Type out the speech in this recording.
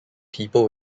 people